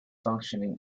functioning